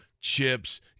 chips